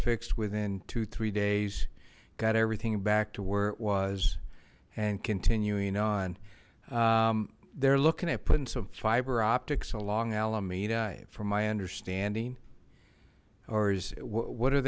fixed within two three days got everything back to where it was and continuing on they're looking at putting some fiber optics along alameda from my understanding or is what are